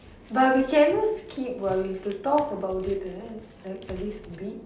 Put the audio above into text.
but we cannot skip what we have to talk about it right like at least bit